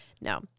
no